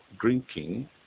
drinking